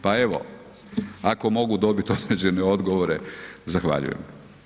Pa evo, ako mogu dobiti određene odgovore, zahvaljujem.